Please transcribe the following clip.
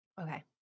Okay